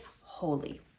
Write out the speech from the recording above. holy